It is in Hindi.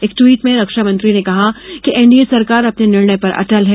एक ट्वीट में रक्षामंत्री ने कहा कि एनडीए सरकार अपने निर्णय पर अटल है